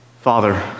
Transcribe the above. Father